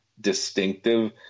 distinctive